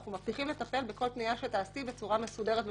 אנחנו מבטיחים לטפל בכל פנייה שתעשי בצורה מסודרת ומפורטת,